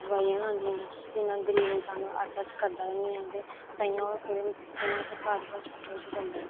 दोआइयां गै आंदियां न ते हून गरीब इंसान ऐफर्टस करदा ही निं ऐ ते ताइयें ओह् ताइयें ओह् सरकारी हास्पिटलस च जंदे